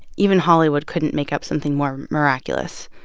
even hollywood couldn't make up something more miraculous.